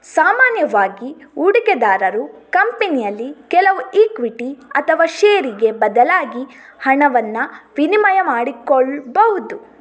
ಸಾಮಾನ್ಯವಾಗಿ ಹೂಡಿಕೆದಾರರು ಕಂಪನಿಯಲ್ಲಿ ಕೆಲವು ಇಕ್ವಿಟಿ ಅಥವಾ ಷೇರಿಗೆ ಬದಲಾಗಿ ಹಣವನ್ನ ವಿನಿಮಯ ಮಾಡಿಕೊಳ್ಬಹುದು